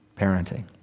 Parenting